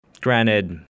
Granted